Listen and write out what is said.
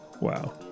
Wow